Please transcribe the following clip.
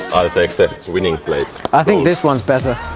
i'll take the winning plate i think this one's better